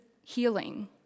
healing